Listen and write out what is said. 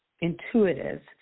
intuitive